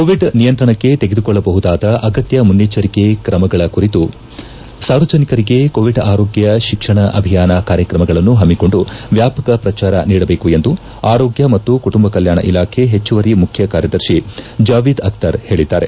Covid ನಿಯಂತ್ರಣಕ್ಕೆ ತೆಗೆದುಕೊಳ್ಳಬಹುದಾದ ಅಗತ್ತ ಮುನೈಚ್ನರಿಕೆ ಕ್ರಮಗಳ ಕುರಿತು ಸಾರ್ವಜನಿಕರಿಗೆ ಕೋವಿಡ್ ಆರೋಗ್ನ ಶಿಕ್ಷಣ ಅಭಿಯಾನ ಕಾರ್ಯಕ್ರಮಗಳನ್ನು ಪಮ್ನಿಕೊಂಡು ವ್ಯಾಪಕ ಪ್ರಚಾರ ನೀಡಬೇಕು ಎಂದು ಆರೋಗ್ಯ ಮತ್ತು ಕುಟುಂಬ ಕಲ್ಯಾಣ ಇಲಾಖೆ ಹೆಚ್ಚುವರಿ ಮುಖ್ಯ ಕಾರ್ಯದರ್ತಿ ಜಾವೀದ್ ಅಕ್ತರ್ ಹೇಳದ್ದಾರೆ